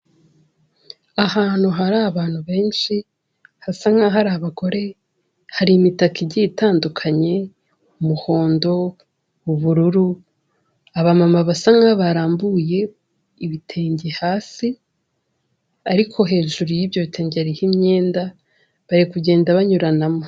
Ahantu hari abantu benshi, hasa nk'aho ar'abagore hari imitako igiye itandukanye umuhondo, ubururu, aba mama basa nk'aho barambuye ibitenge hasi, ariko hejuru y'ibyo bitenge hariho imyenda bari kugenda banyuranamo.